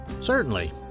Certainly